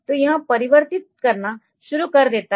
तो यह परिवर्तित करना शुरू कर देता है